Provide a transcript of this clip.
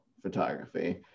photography